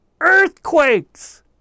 earthquakes